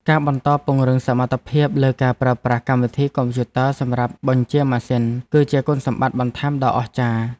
ការបន្តពង្រឹងសមត្ថភាពលើការប្រើប្រាស់កម្មវិធីកុំព្យូទ័រសម្រាប់បញ្ជាម៉ាស៊ីន គឺជាគុណសម្បត្តិបន្ថែមដ៏អស្ចារ្យ។